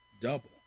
Double